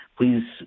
please